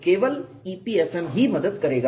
केवल EPFM ही मदद करेगा